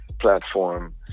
platform